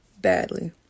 badly